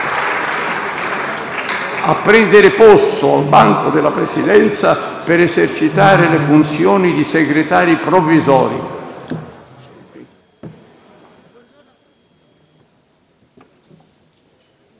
a prendere posto al banco della Presidenza per esercitare le funzioni di Segretari provvisori.